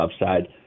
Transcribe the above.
upside